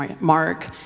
Mark